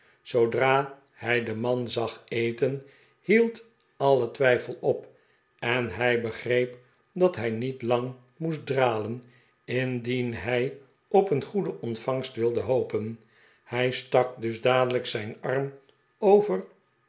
zoodra hij den man zag eten hield alle twijfel op en hij begreep dat hij niet lang moest dralen indien hij op een goede ontvangst wilde hop en hij stak dus dadelijk zijn arm over